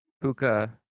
Puka